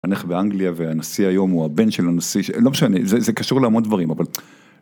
המלך באנגליה והנשיא היום הוא הבן של הנשיא ש- לא משנה זה זה קשור למון דברים אבל.